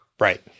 Right